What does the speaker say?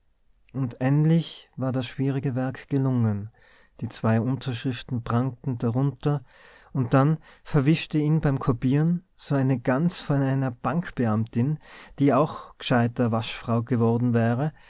und endlich war das schwierige werk gelungen die zwei unterschriften prangten darunter und dann verwischte ihn beim kopieren so eine gans von einer bankbeamtin die auch gescheiter waschfrau geworden wäre